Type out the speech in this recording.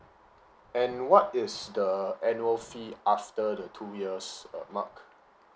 and what is the annual fee after the two years uh mark